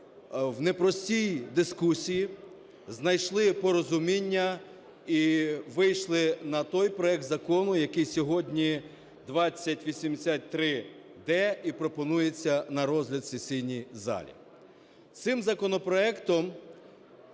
в непростій дискусії знайшли порозуміння і вийшли на той проект Закону, який сьогодні 2083-д, і пропонується на розгляд сесійній залі. Цим законопроектом